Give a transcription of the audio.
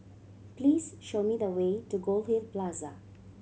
please show me the way to Goldhill Plaza